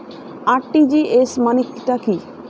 RTGS মানে টা কি?